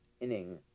inning